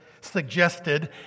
suggested